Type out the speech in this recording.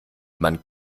man